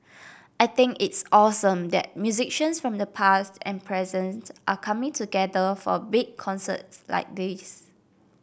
I think it's awesome that musicians from the past and present are coming together for a big concert like this